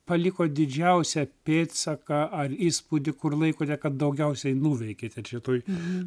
paliko didžiausią pėdsaką ar įspūdį kur laikote kad daugiausiai nuveikėte čia toj